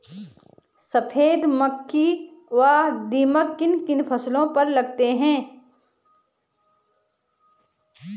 सफेद मक्खी व दीमक किन किन फसलों पर लगते हैं?